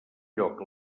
lloc